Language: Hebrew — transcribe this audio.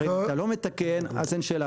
הרי אם אתה לא מתקן אז אין שאלה,